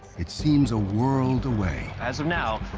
it seems a world away. as of now,